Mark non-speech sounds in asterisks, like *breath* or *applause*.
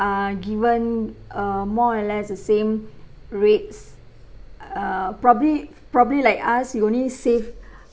uh given a more or less the same rates err probably probably like us we only save *breath*